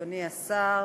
תודה רבה לך, אדוני השר,